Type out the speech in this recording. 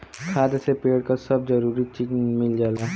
खाद से पेड़ क सब जरूरी चीज मिल जाला